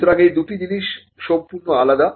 সুতরাং এই দুটি জিনিস সম্পূর্ণ আলাদা